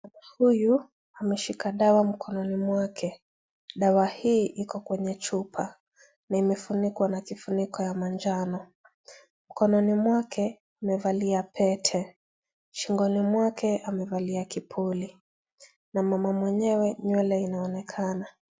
Huyu ameshika dawa mkononi mwake. Dawa hii, iko kwenye chupa na imefunikwa na kifuniko ya manjano. Mkononi mwake, amevalia Pete. Shingoni mwake, amevalia kipuli na mama mwenyewe nywele inaonekana.